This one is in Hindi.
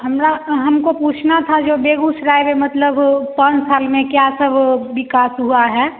हमला हमको पूछना था जो बेगूसराय है मतलब पाँच साल में क्या सब विकास हुआ है